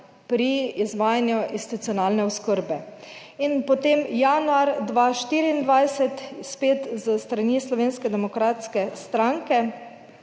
pri izvajanju institucionalne oskrbe, in potem januar 2024, spet s strani Slovenske demokratske stranke,